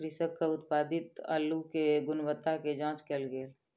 कृषक के उत्पादित अल्लु के गुणवत्ता के जांच कएल गेल